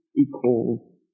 equals